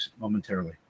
momentarily